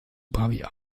pavia